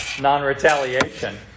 non-retaliation